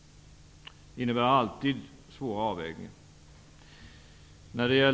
Det innebär alltid svåra avvägningar.